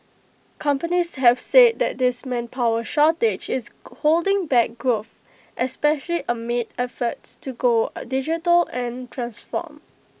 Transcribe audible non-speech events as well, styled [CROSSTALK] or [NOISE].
companies have said that this manpower shortage is [UNINTELLIGIBLE] holding back growth especially amid efforts to go A digital and transform